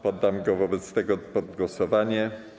Poddam go wobec tego pod głosowanie.